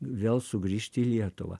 vėl sugrįžti į lietuvą